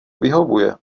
vyhovuje